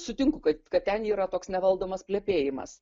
sutinku kad kad ten yra toks nevaldomas plepėjimas